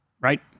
Right